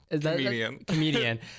Comedian